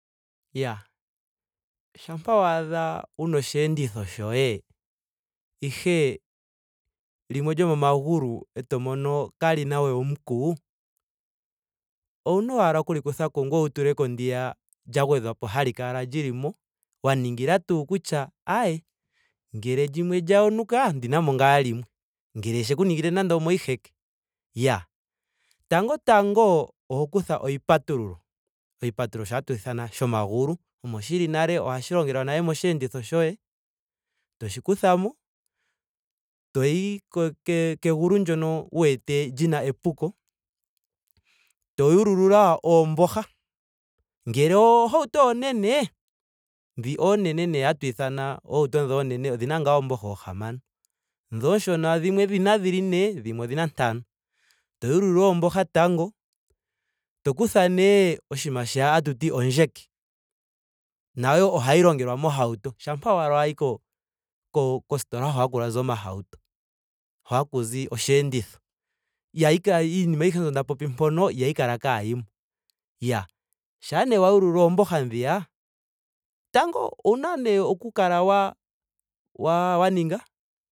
Iyaa shampa waadha wuna osheenditho shoye ihe limwe lyomomagulu eto mono we kaalina we omuku. owuna ashike okuli kutha ko ngoye wu tuleko ndiya lya gwedhwapo hali kala lili mo. wa ningila tuu kutya ayee ngele limwe lya yonuka. ondinamo ngaa lilwe. Ngele sheku ningile nando omoshiheke. Iya tango tango oho kutha oshipatululo. oshipatuluulo shi hatu ithana shomagulu. Omo shili nale. ohashi longelwa nale mosheenditho shoye. toshi kutha mo. toyi ke- kegulu ndyono wu wete lina epuko. to yululula oomboha. Ngele ohauto onene. dhi oonene nee hatu ithana oohauto dhi oonene odhina ngaa oomboha oohamano. dho oonshona dhimwe odhina dhili ne. dhimwe odhina ntano. To yululula ooboha tango. to kutha nee oshinima shi hatuti ondjeke. Nayo ohayi longelwa mohauto. Shampa wala wi ko- ko kostola hu haku zi omahauto. hu hakuzi osheenditho. ihayi kala iinima ayihe mbyo nda popi mpono ihayi kala kaayimo. Iyaa shampa nee wa yululula oomboha dhiya. tango owuna nee oku kala wa- wa ninga